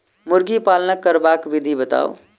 मुर्गी पालन करबाक विधि बताऊ?